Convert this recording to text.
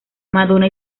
madonna